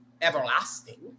everlasting